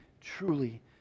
truly